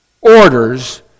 orders